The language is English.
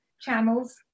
channels